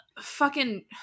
fucking-